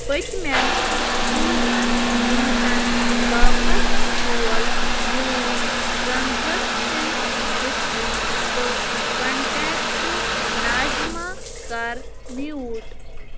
پٔتۍمٮ۪ن ژُوہَن گٲنٛٹن باپتھ کھول میون ٹرٛانزَکشَن ہِسٹِرٛی تہٕ کنٹیکٹ ناظِمہ کَر میوٗٹ